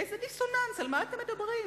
איזה דיסוננס, על מה אתם מדברים?